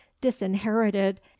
disinherited